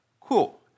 cool